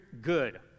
good